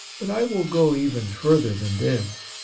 but i will go even further than this,